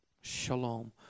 shalom